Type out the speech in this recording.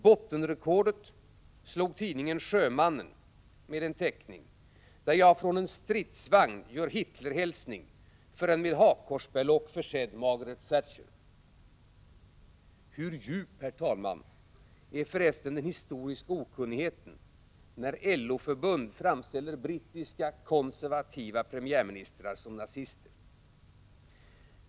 Bottenrekordet slog tidningen Sjömannen, med en teckning där jag från en stridsvagn gör Hitlerhälsning för en med hakkorsberlock försedd Margaret Thatcher. Hur djup, herr talman, är för resten den historiska okunnigheten när LO-förbund framställer brittiska konservativa premiärministrar som nazister?